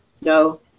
no